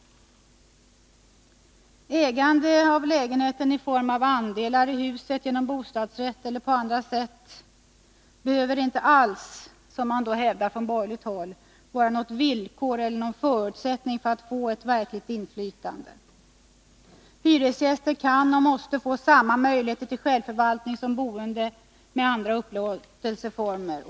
Ägande av lägenheten i form av andelar i huset, genom bostadsrätt eller på annat sätt behöver inte alls — som man från borgerligt håll oftast hävdar— vara något villkor eller någon förutsättning för verkligt inflytande och bestämmande. Hyresgäster kan och måste få samma möjligheter till självförvaltning som boende med andra upplåtelseformer.